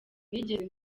nigeze